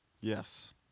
yes